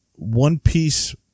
one-piece